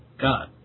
God